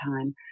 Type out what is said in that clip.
time